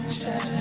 check